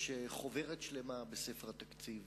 יש חוברת שלמה בספר התקציב